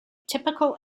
typical